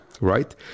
right